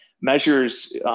measures